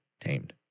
tamed